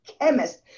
chemist